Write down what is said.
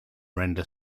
render